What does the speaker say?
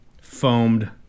foamed